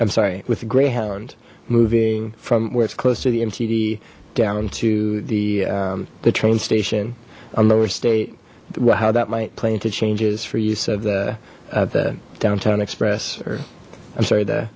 i'm sorry with greyhound moving from where it's close to the mtd down to the the train station on lower state well how that might play into changes for use of the of the downtown express or i'm sorry t